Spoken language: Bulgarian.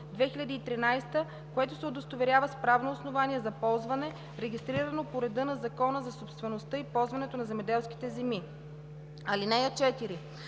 Алинея 4